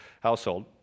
household